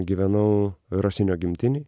gyvenau rosinio gimtinėj